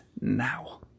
now